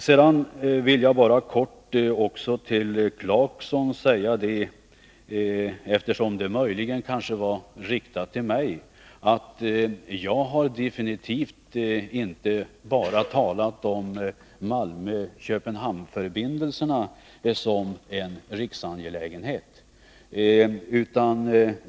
Sedan vill jag helt kort säga till herr Clarkson, eftersom det han sade möjligen var riktat till mig, att jag definitivt inte bara har talat om Malmö-Köpenhamn-förbindelserna som en riksangelägenhet.